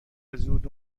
زود